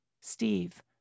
Steve